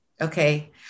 okay